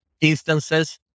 instances